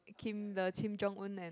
Kim the Kim-Jong-Un and